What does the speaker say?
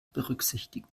berücksichtigen